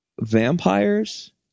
vampires